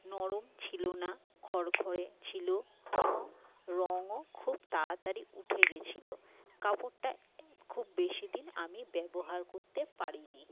নরম ছিল না খড়খড়ে ছিল এবং রংও খুব তাড়াতাড়ি উঠেগেছিল কাপড়টা খুব বেশি দিন আমি ব্যবহার করতে পারি নি